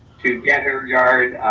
to get her yard,